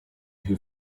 who